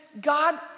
God